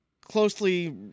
closely